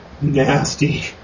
nasty